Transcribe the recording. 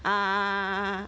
ah~